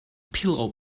pillow